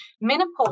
menopause